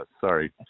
Sorry